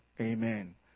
Amen